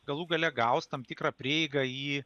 galų gale gaus tam tikrą prieigą į